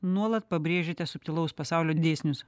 nuolat pabrėžiate subtilaus pasaulio dėsnius